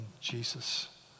Jesus